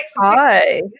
Hi